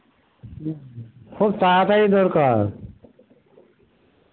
খুব তাড়াতাড়ি দরকার